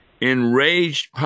Enraged